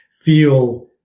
feel